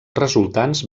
resultants